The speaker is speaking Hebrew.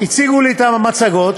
הציגו לי את המצגות,